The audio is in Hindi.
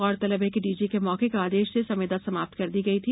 गौरतलब है कि डीजी के मौखिक आदेश से संविदा समाप्त कर दी गई थी